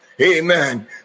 Amen